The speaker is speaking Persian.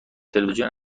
تلویزیون